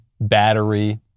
battery